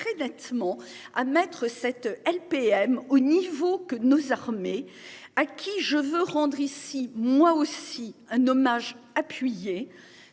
très nettement à mettre cette LPM au niveau que nos armées à qui je veux rendre ici moi aussi un hommage appuyé,